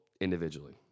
individually